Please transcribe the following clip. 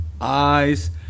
eyes